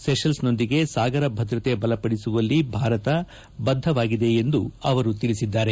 ಸೆಷಲ್ನೊಂದಿಗೆ ಸಾಗರ ಭದ್ರತೆ ಬಲಪಡಿಸುವಲ್ಲಿ ಭಾರತ ಬದ್ಗವಾಗಿದೆ ಎಂದು ಅವರು ತಿಳಿಸಿದ್ದಾರೆ